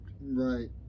Right